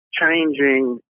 changing